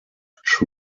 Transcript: which